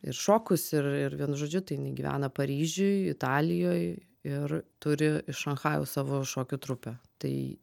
ir šokus ir ir vienu žodžiu tai jinai gyvena paryžiuje italijoj ir turi šanchajaus savo šokių trupę tai